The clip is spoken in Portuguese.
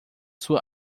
sua